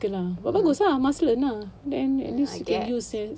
tu lah bagus lah must learn ah then I can use